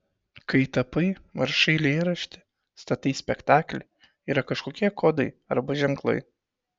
kai tapai rašai eilėraštį statai spektaklį yra kažkokie kodai arba ženklai